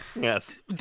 Yes